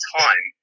time